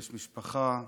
יש משפחה.